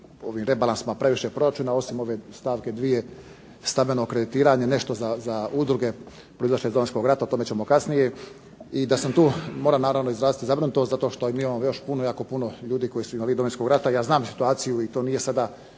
ovim rebalansima previše proračuna osim ove stavke dvije stambeno kreditiranje nešto za udruge proizašle iz Domovinskog rata. O tome ćemo kasnije. I da sam tu, moram naravno izraziti zabrinutost zato što i mi imamo još puno, jako puno ljudi koji su invalidi Domovinskog rata. I ja znam situaciju i to nije sada